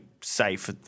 safe